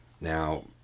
Now